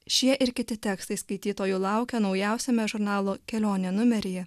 šie ir kiti tekstai skaitytojų laukia naujausiame žurnalo kelionė numeryje